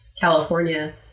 California